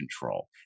control